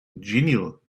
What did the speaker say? genial